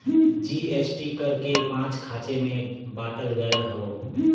GST कर के पाँच खाँचे मे बाँटल गएल हौ